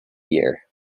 year